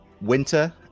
Winter